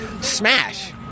Smash